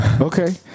Okay